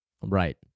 right